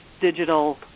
digital